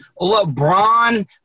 LeBron